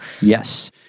Yes